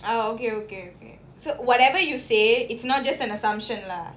ah okay okay okay so whatever you say it's not just an assumption lah